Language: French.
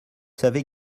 savez